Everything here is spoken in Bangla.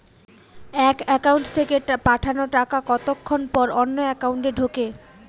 এক একাউন্ট থেকে পাঠানো টাকা কতক্ষন পর অন্য একাউন্টে ঢোকে?